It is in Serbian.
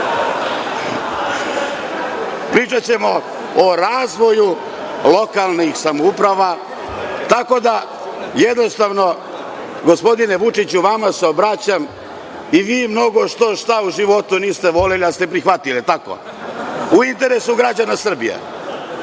seksu.)…pričaćemo o razvoju lokalnih samouprava, tako da jednostavno, gospodine Vučiću, vama se obraćam i vi mnogo što-šta u životu niste voleli ali ste prihvatili. Da li je tako? U interesu građana Srbije? Ja